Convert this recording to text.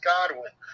Godwin